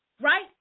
Right